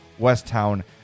Westtown